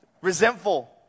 resentful